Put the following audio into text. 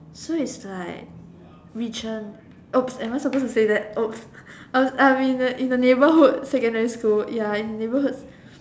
so it's like regent oops am I suppose to say that oops I'm I'm in a in a neighbourhood secondary school ya in neighbourhood